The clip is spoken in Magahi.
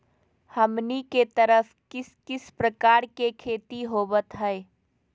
हमनी के तरफ किस किस प्रकार के खेती होवत है?